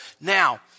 Now